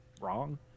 wrong